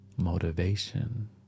motivation